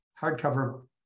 hardcover